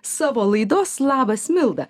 savo laidos labas milda